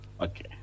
Okay